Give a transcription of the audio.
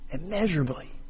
immeasurably